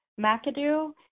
McAdoo